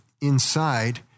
inside